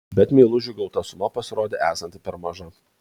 bet meilužiui gauta suma pasirodė esanti per maža